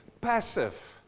passive